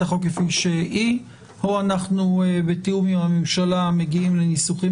החוק כפי שהוא או בתיאום עם הממשלה אנחנו מגיעים לניסוחים